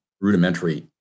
rudimentary